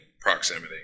Proximity